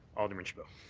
alderman chabot